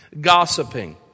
Gossiping